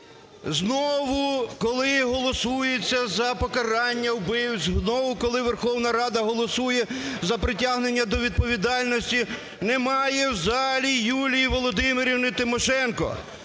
знову, коли голосується за покарання вбивць, знову, коли Верховна Рада голосує за притягнення до відповідальності, немає в залі Юлії Володимирівни Тимошенко.